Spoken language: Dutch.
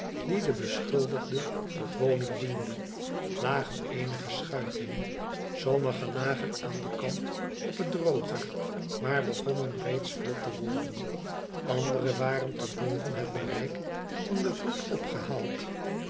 die den beschuldigde tot woning diende lagen eenige schuiten sommige lagen aan den kant op het droge maar begonnen reeds vlot te worden andere waren tot boven het bereik van den vloed opgehaald